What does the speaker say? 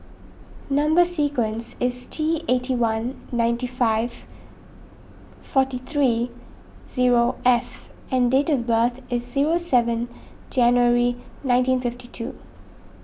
Number Sequence is T eight one nine five forty three zero F and date of birth is zero seven January nineteen fifty two